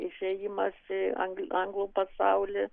išėjimas į ang anglų pasaulį